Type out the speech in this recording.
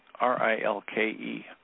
R-I-L-K-E